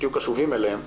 שתהיו קשובים אליהן,